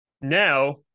Now